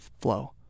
flow